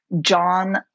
John